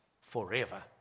forever